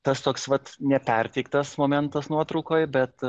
tas toks vat neperteiktas momentas nuotraukoj bet